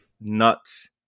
nuts